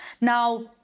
Now